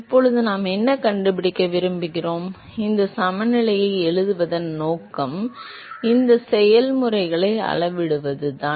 இப்போது நாம் என்ன கண்டுபிடிக்க விரும்புகிறோம் இந்த சமநிலைகளை எழுதுவதன் நோக்கம் இந்த செயல்முறைகளை அளவிடுவதுதான்